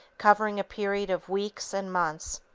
covering a period of weeks and months.